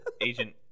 Agent